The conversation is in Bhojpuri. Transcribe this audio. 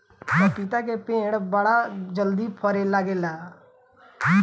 पपीता के पेड़ बड़ा जल्दी फरे लागेला